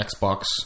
xbox